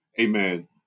amen